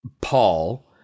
Paul